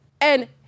And-